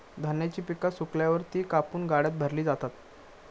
धान्याची पिका सुकल्यावर ती कापून गाड्यात भरली जातात